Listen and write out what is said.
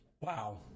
wow